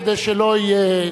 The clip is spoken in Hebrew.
כדי שלא יהיה,